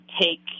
take